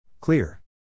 Clear